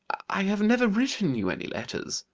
i have never written you any letters.